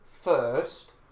first